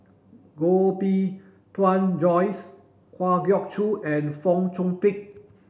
Koh Bee Tuan Joyce Kwa Geok Choo and Fong Chong Pik